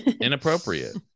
inappropriate